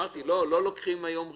לא לוקחים היום ריבית,